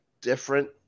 different